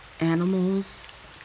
animals